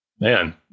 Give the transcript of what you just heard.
man